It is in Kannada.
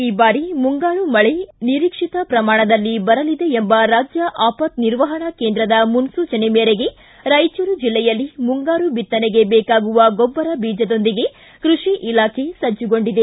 ಈ ಬಾರಿ ಮುಂಗಾರು ಮಳೆ ನಿರೀಕ್ಷಿತ ಪ್ರಮಾಣದಲ್ಲಿ ಬರಲಿದೆ ಎಂಬ ರಾಜ್ಯ ಆಪತ್ ನಿರ್ವಹಣಾ ಕೇಂದ್ರದ ಮುನ್ಲೂಚನೆ ಮೇರೆಗೆ ರಾಯಚೂರು ಜಿಲ್ಲೆಯಲ್ಲಿ ಮುಂಗಾರು ಬಿತ್ತನೆಗೆ ಬೇಕಾಗುವ ಗೊಬ್ಬರ ಬೀಜದೊಂದಿಗೆ ಕೃಷಿ ಇಲಾಖೆ ಸಜ್ಜುಗೊಂಡಿದೆ